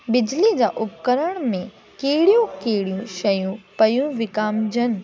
बिजली जा उपकरण में कहिड़ियूं कहिड़ियूं शयूं पियूं विकामजनि